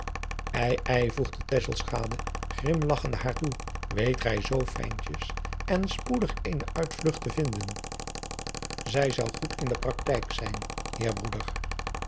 grimlagchende haar toe weet gij zoo fijntjes en spoedig eene uitvlugt te vinden zij zou goed in de praktijk zijn heer